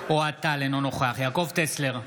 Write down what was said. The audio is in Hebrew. אוהד טל, אינו נוכח יעקב טסלר,